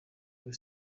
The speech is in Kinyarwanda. kuri